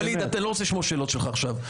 ווליד, אני לא רוצה לשמוע שאלות שלך עכשיו.